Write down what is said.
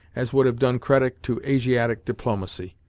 as would have done credit to asiatic diplomacy.